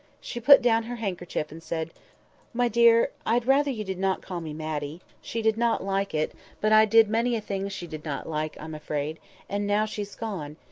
she put down her handkerchief and said my dear, i'd rather you did not call me matty. she did not like it but i did many a thing she did not like, i'm afraid and now she's gone!